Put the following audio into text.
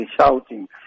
shouting